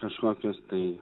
kažkokius tai